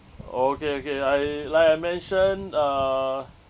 okay okay I like I mentioned uh